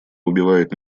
убивает